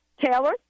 Taylor